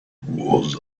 was